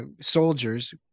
soldiers